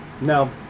No